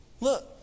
Look